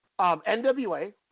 NWA